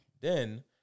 Then-